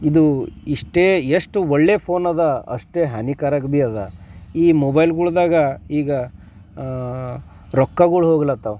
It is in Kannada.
ಇದು ಇಷ್ಟೇ ಎಷ್ಟು ಒಳ್ಳೆ ಫೋನ್ ಇದೆ ಅಷ್ಟೇ ಹಾನಿಕಾರಕ ಭೀ ಇದೆ ಈ ಮೊಬೈಲ್ಗಳ್ದಾಗೆ ಈಗ ರೊಕ್ಕಗಳು ಹೋಗ್ಲತ್ತಾವ